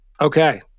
Okay